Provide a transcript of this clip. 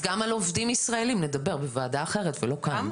אז גם על עובדים ישראלים נדבר בוועדה אחרת ולא כאן,